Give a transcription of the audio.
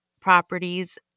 properties